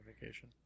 vacation